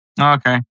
Okay